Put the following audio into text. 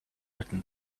written